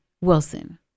Wilson